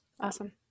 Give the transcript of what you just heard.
Awesome